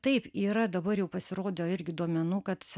taip yra dabar jau pasirodo irgi duomenų kad